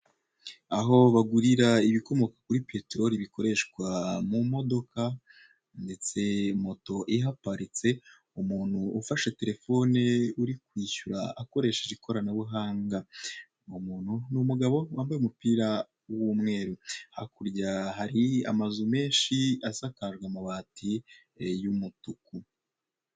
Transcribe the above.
aho bagurira ibikomoka kuri peteroli bikoreshwa mu modoka ndetse moto iparitse umuntu ufashe telefone uri kwishyura akoresheje ikoranabuhanga umuntu numugabo wambaye umupira w'umweru hakurya hari amazu menshi asakajwe amabati yumutuku